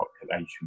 population